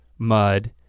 mud